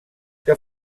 que